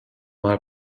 mal